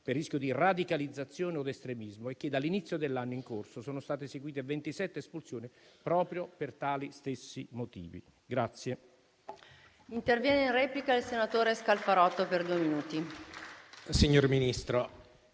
per rischio di radicalizzazione o estremismo e che dall'inizio dell'anno in corso sono state eseguite 27 espulsioni proprio gli stessi motivi.